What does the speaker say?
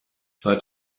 seit